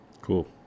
cool